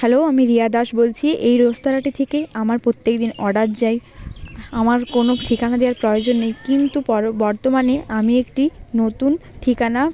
hello আমি রিয়া দাস বলছি এই রোস্তোরাঁ থেকে আমার প্রত্যেক দিন অর্ডার যায় আমার কোনো ঠিকানা দেওয়ার প্রয়োজন নেই কিন্তু পরো বর্তমানে আমি একটি নতুন ঠিকানা